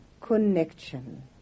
connection